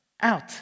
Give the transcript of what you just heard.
out